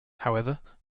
however